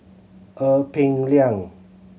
Ee Peng Liang